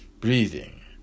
breathing